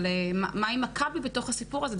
אבל מה עם מכבי בתוך הסיפור הזה?